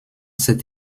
cette